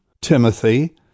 Timothy